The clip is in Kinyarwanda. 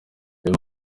uyu